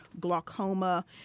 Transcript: glaucoma